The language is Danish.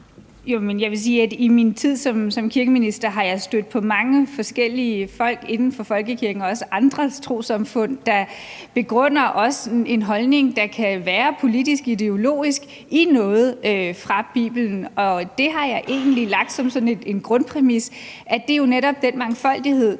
Jo, men jeg vil sige, at jeg i min tid som kirkeminister er stødt på mange forskellige folk inden for folkekirken og også andre trossamfund, der også begrunder en holdning, der kan være politisk, ideologisk, i noget fra Bibelen, og der har jeg egentlig lagt som sådan en grundpræmis, at det jo netop er den mangfoldighed,